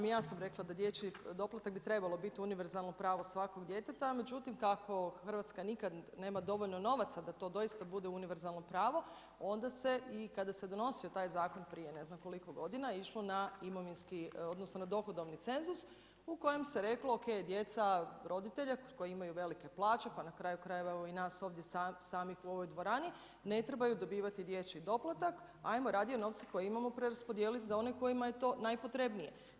I ja sam rekla da dječji doplatak bi trebalo biti univerzalno pravo svakog djeteta, međutim kako Hrvatska nikad nema dovoljno novaca da to doista bude univerzalno pravo onda se i kada se donosio taj zakon, prije ne znam koliko godina, išlo na dohodovni cenzus u kojem se reklo o.k. djeca roditelja koji imaju velike plaće, koji na kraju krajeva, evo nas ovdje i samih ovdje u dvorani ne trebaju dobivati dječji doplatak, ajmo radije novce koje imamo preraspodijeliti za one kojima je to najpotrebnije.